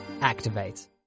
activate